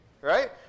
Right